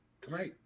Tonight